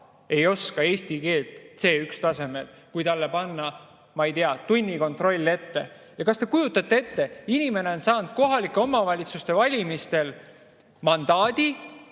ei oska eesti keelt C1‑tasemel, kui neile teha, ma ei tea, tunnikontroll. Kas te kujutate ette, et inimene on saanud kohaliku omavalitsuse valimisel mandaadi